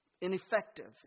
ineffective